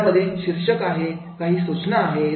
यामध्ये शीर्षक आहे काही सूचना आहेत